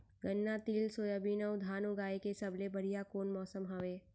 गन्ना, तिल, सोयाबीन अऊ धान उगाए के सबले बढ़िया कोन मौसम हवये?